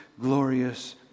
glorious